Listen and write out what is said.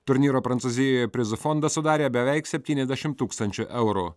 turnyro prancūzijoje prizų fondą sudarė beveik septyniasdešimt tūkstančių eurų